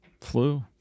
flu